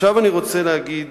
עכשיו אני רוצה להגיד